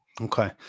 Okay